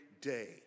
day